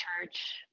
church